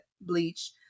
bleach